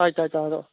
ꯇꯥꯏ ꯇꯥꯏ ꯇꯥꯏ ꯍꯥꯏꯔꯛꯑꯣ